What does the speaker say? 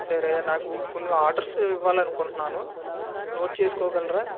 సరే నాకు కొన్ని ఆర్డర్స్ ఇవ్వాలనుకుంటున్నాను నోట్ చేసుకోగలరా